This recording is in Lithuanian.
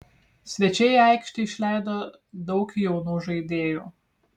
svečiai į aikštę išleido daug jaunų žaidėjų